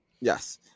Yes